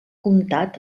comtat